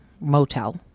motel